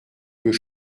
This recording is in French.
peut